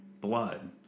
blood